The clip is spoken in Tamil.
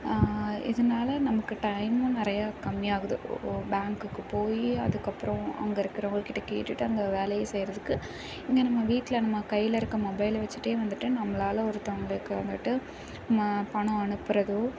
இதுனால நமக்கு டைமும் நிறையா கம்மி ஆகுது ஓ பேங்க்குக்கு போய் அதுக்கப்புறம் அங்கே இருக்கிறவங்க கிட்ட கேட்டுட்டு அந்த வேலைய செய்கிறதுக்கு இங்கே நம்ம வீட்டில் நம்ம கையில் இருக்க மொபைலை வச்சிட்டே வந்துட்டு நம்மளால ஒருத்தவங்களுக்கு வந்துட்டு நம்ம பணம் அனுப்புகிறதோ